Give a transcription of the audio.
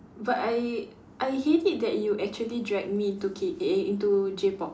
but I I hate it that you actually drag me into K eh into J-pop